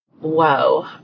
Whoa